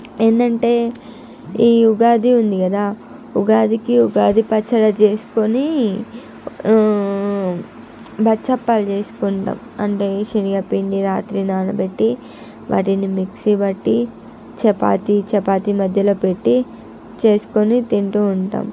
ఏంటంటే ఈ ఉగాది ఉంది కదా ఉగాదికి ఉగాది పచ్చడి చేసుకొని ఆ బచ్చ అప్పాలు చేసుకుంటాము అంటే శనగపిండి రాత్రి నానబెట్టి వాటిని మిక్సీ పట్టి చపాతీ చపాతి మధ్యలో పెట్టి చేసుకొని తింటూ ఉంటాము